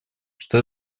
что